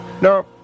No